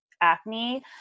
acne